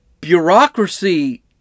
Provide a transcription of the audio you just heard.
bureaucracy